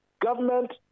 government